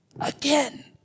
again